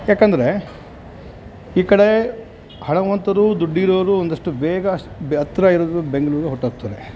ಯಾಕಂದರೆ ಈ ಕಡೆ ಹಣವಂತರು ದುಡ್ಡಿರೋರು ಒಂದಷ್ಟು ಬೇಗ ಹತ್ರ ಇರೋದು ಬೆಂಗಳೂರು ಹೊರಟೋಗ್ತಾರೆ